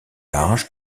large